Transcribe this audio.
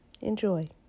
Enjoy